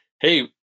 hey